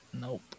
Nope